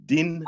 Din